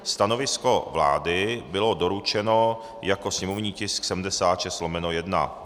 Stanovisko vlády bylo doručeno jako sněmovní tisk 76/1.